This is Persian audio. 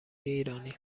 ایرانی